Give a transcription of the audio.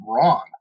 wrong